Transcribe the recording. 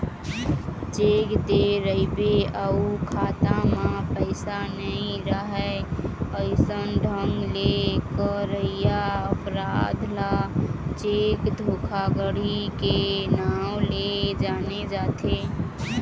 cheque दे रहिबे अउ खाता म पइसा नइ राहय अइसन ढंग ले करइया अपराध ल चेक धोखाघड़ी के नांव ले जाने जाथे